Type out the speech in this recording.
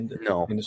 No